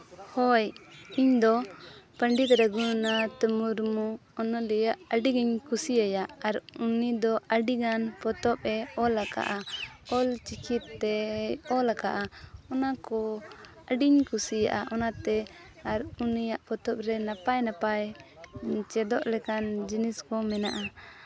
ᱦᱳᱭ ᱤᱧᱫᱚ ᱯᱚᱱᱰᱤᱛ ᱨᱚᱜᱷᱩᱱᱟᱛᱷ ᱢᱩᱨᱢᱩ ᱚᱱᱚᱞᱤᱭᱟᱹ ᱟᱹᱰᱤᱜᱤᱧ ᱠᱩᱥᱤᱭᱟᱭᱟ ᱟᱨ ᱟᱨ ᱩᱱᱤ ᱫᱚ ᱟᱹᱰᱤᱜᱟᱱ ᱯᱚᱛᱚᱵᱼᱮ ᱚᱞ ᱟᱠᱟᱜᱼᱟ ᱚᱞᱪᱤᱠᱤ ᱛᱮ ᱚᱞ ᱠᱟᱜᱼᱟ ᱚᱱᱟᱠᱚ ᱟᱹᱰᱤᱧ ᱠᱩᱥᱤᱭᱟᱜᱼᱟ ᱚᱱᱟᱛᱮ ᱟᱨ ᱩᱱᱤᱭᱟᱜ ᱯᱚᱛᱚᱵ ᱨᱮ ᱱᱟᱯᱟᱭ ᱱᱟᱯᱟᱭ ᱪᱮᱫᱚᱜ ᱞᱮᱠᱟᱱ ᱡᱤᱱᱤᱥ ᱠᱚ ᱢᱮᱱᱟᱜᱼᱟ